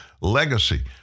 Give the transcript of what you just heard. legacy